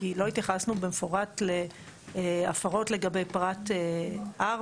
כי לא התייחסנו במפורט להפרות לגבי פרט 4,